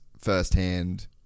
firsthand